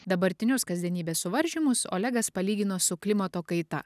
dabartinius kasdienybės suvaržymus olegas palygino su klimato kaita